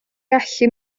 gallu